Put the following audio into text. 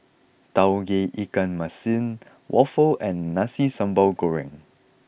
Tauge Ikan Masin Waffle and Nasi Sambal Goreng